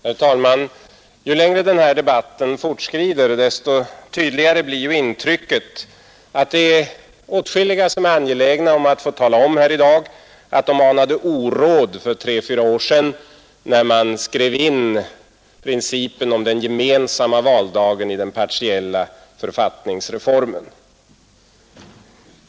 Herr talman! Ju längre den här debatten fortskrider, desto tydligare blir intrycket att det är åtskilliga som är angelägna om att få tala om här i dag att de anade oråd för tre fyra år sedan, när man skrev in principen om den gemensamma valdagen i den partiella författningsreformen.